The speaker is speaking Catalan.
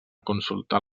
consultar